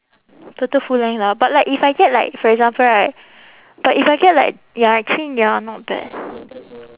total full length lah but like if I get like for example right but if I get like ya actually ya not bad